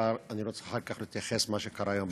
ואני רוצה אחר כך להתייחס למה שקרה היום בכנסת.